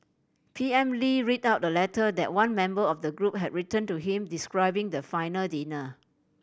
P M Lee read out the letter that one member of the group had written to him describing the final dinner